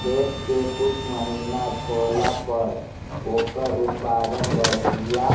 खेत के कुछ महिना छोड़ला पर ओकर उत्पादन बढ़िया